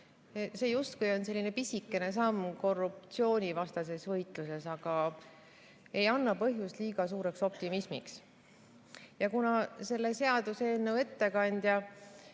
See on justkui selline pisikene samm korruptsioonivastases võitluses, aga ei anna põhjust liiga suureks optimismiks. Kuna selle seaduseelnõu ettekandja